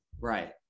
Right